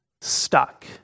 stuck